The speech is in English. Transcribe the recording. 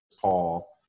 Paul